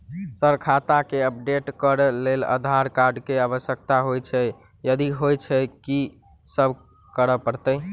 Sir खाता केँ update करऽ लेल आधार कार्ड केँ आवश्यकता होइ छैय यदि होइ छैथ की सब करैपरतैय?